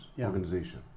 organization